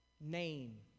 name